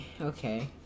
okay